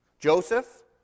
Joseph